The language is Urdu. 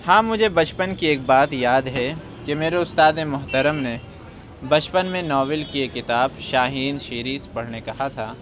ہاں مجھے بچپن کی ایک بات یاد ہے کہ میرے اُستادِ محترم نے بچپن میں ناول کی ایک کتاب شاہین شیزیر پڑھنے کہا تھا